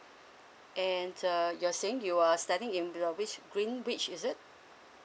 and uh you're saying you are studying in the which greenridge is it